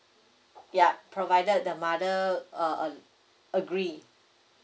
ya provided the mother uh a~ agree